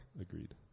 Agreed